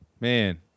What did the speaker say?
man